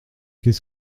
qu’est